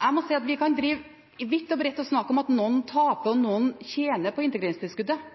Jeg må si at vi kan snakke vidt og bredt om at noen taper og noen tjener på integreringstilskuddet,